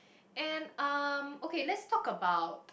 and um okay let's talk about